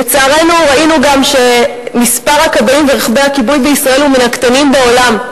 לצערנו ראינו גם שמספר הכבאים ברכבי הכיבוי בישראל הוא מן הקטנים בעולם.